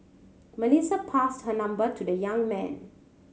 Melissa passed her number to the young man